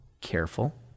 careful